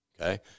Okay